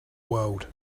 world